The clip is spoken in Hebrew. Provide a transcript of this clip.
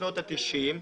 בשנות ה-90,